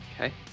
okay